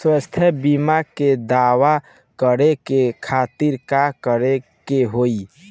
स्वास्थ्य बीमा के दावा करे के खातिर का करे के होई?